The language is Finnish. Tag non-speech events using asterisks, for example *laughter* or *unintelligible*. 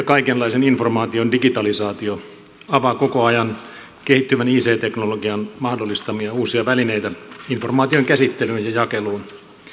*unintelligible* kaikenlaisen informaation digitalisaatio avaa koko ajan kehittyvän ic teknologian mahdollistamia uusia välineitä informaation käsittelyyn ja jakeluun